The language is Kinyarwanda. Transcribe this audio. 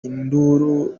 induru